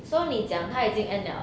so 你讲他已经 end liao ah